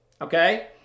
Okay